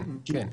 כן, כן.